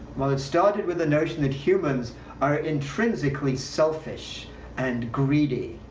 it started with the notion that humans are intrinsically selfish and greedy